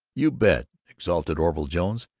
you bet! exulted orville jones.